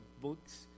books